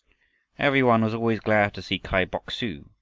every one was always glad to see kai bok-su,